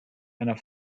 einer